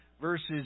verses